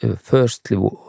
firstly